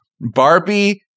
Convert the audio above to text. Barbie